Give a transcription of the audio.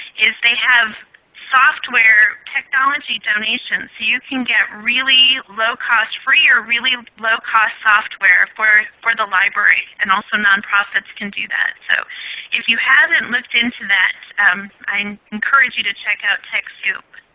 is they have software technology donations. you can get really low cost, free or really low cost software for for the library, and also non-profits can do that. so if you haven't looked into that i encourage you to check out techsoup.